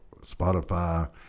Spotify